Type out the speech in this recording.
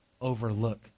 overlook